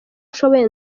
nshoboye